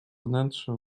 wnętrze